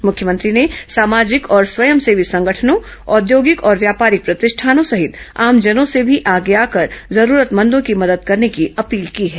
मुख्यमंत्री ने सामाजिक और स्वयंसेवी संगठनों औद्योगिक और व्यापारिक प्रतिष्ठानों सहित आमजनों से भी आगे ै आकर जरूरतमंदों की मदद करने की अपील की है